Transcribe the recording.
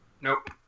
Nope